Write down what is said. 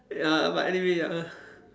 ya but anyway ya